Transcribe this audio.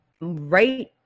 right